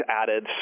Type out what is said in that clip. added